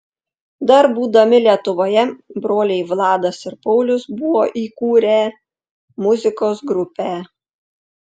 dar būdami lietuvoje broliai vladas ir paulius buvo įkūrę muzikos grupę